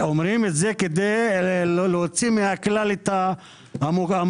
אומרים את זה כדי להוציא מהכלל את המוכשר.